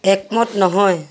একমত নহয়